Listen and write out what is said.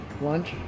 Lunch